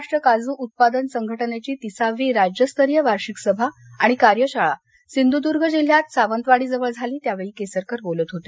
महाराष्ट्र काजू उत्पादन संघटनेची तिसावी राज्यस्तरीय वार्षिक सभा आणि कार्यशाळा सिंधुदर्ग जिल्ह्यात सावंतवाडीजवळ झाली त्यावेळी केसरकर बोलत होते